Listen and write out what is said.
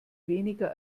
weniger